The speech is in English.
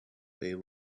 they